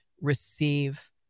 receive